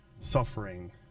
suffering